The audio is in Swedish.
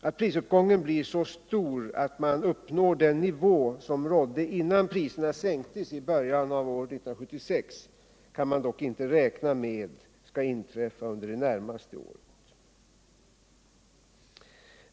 Att prisuppgången blir så stor att man uppnår den nivå som rådde innan priserna sänktes i början av år 1976 kan man dock inte räkna med skall inträffa under det närmaste året.